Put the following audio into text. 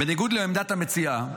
בניגוד לעמדת המציעה.